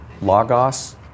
logos